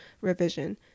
revision